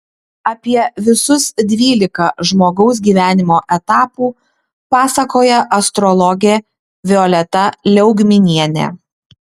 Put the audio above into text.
apie visus dvylika žmogaus gyvenimo etapų pasakoja astrologė violeta liaugminienė